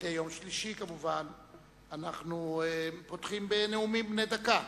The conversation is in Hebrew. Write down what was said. כמדי יום שלישי, אנחנו פותחים בנאומים בני דקה.